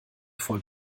voll